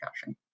caching